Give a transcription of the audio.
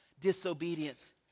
disobedience